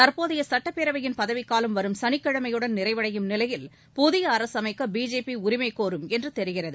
தற்போதைய சுட்டப்பேரவையின் பதவிக்காலம் வரும் சனிக்கிழமையுடன் நிறைவடையும் நிலையில் புதிய அரசு அமைக்க பிஜேபி உரிமைகோரும் என்று தெரிகிறது